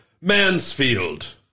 Mansfield